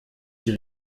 die